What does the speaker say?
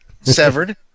Severed